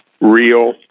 real